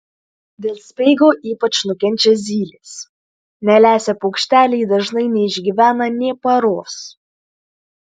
dėl speigo ypač nukenčia zylės nelesę paukšteliai dažnai neišgyvena nė paros